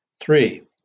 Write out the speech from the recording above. Three